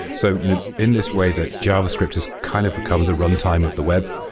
so you know in this way, the javascript has kind of become the runtime of the web.